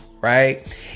right